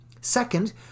Second